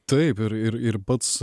taip ir ir ir pats